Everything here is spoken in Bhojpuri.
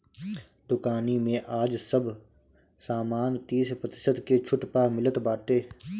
दुकानी में आज सब सामान तीस प्रतिशत के छुट पअ मिलत बाटे